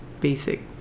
basic